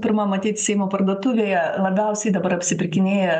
pirma matyt seimo parduotuvėje labiausiai dabar apsipirkinėja